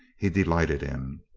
he delighted in.